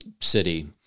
city